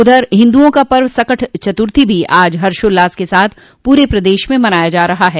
उधर हिन्दुओं का पर्व सकट चतुर्थी भी आज हर्षोल्लास के साथ पूरे प्रदेश में मनाया जा रहा है